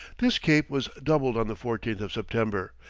this cape was doubled on the fourteenth of september,